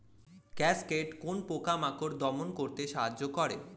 Cascade কোন পোকা মাকড় দমন করতে সাহায্য করে?